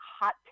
hot